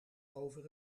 over